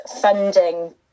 funding